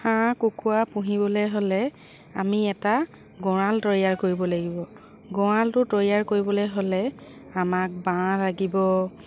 হাঁহ কুকুৰা পুহিবলে হ'লে আমি এটা গঁৰাল তৈয়াৰ কৰিব লাগিব গঁৰালটো তৈয়াৰ কৰিবলে হ'লে আমাক বাঁহ লাগিব